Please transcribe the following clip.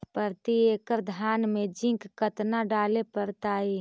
प्रती एकड़ धान मे जिंक कतना डाले पड़ताई?